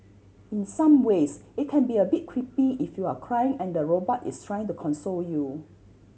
in some ways it can be a bit creepy if you're cry and the robot is trying to console you